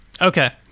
okay